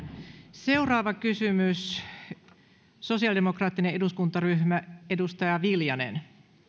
seuraava kysymys sosiaalidemokraattinen eduskuntaryhmä edustaja viljanen